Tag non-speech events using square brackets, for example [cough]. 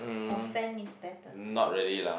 or fan is better [breath]